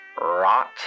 rot